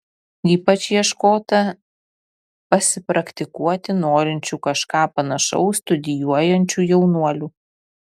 ypač ieškota pasipraktikuoti norinčių kažką panašaus studijuojančių jaunuolių